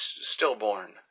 stillborn